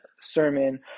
sermon